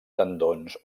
tendons